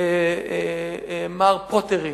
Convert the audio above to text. מר פוטרינג,